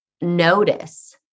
notice